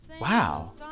wow